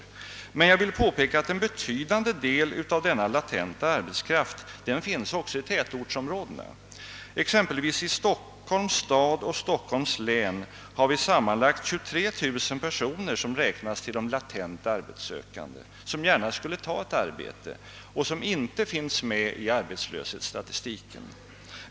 Jag vill emellertid påpeka att en betydande del av denna latenta arbetskraft också finns i tätortsområdena; exempelvis i Stockholms stad och Stockholms län har vi sammanlagt 23000 personer som räknas till de latent arbetssökande som gärna skulle ta ett arbete men som inte finns med i arbetslöshetsstatistiken.